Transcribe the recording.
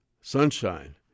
sunshine